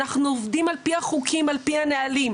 אנחנו עובדים על פי החוקים ועל פי הנהלים.